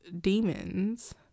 demons